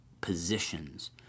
positions